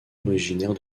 originaire